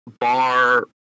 bar